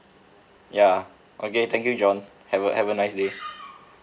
ya okay thank you john have a have a nice day